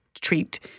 treat